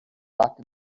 back